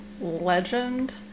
legend